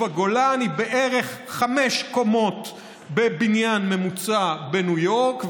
הגולן היא בערך חמש קומות בבניין ממוצע בניו יורק,